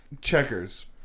Checkers